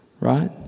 right